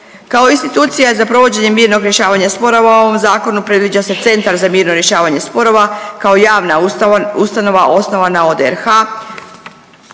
Kao institucija za provođenje mirnog rješavanja sporova u ovom Zakonu predviđa se centar za mirno rješavanje sporova kao javna ustanova osnovana od RH,